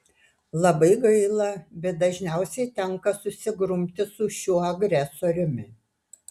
labai gaila bet dažniausiai tenka susigrumti su šiuo agresoriumi